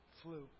flu